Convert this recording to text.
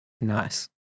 Nice